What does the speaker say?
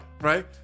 Right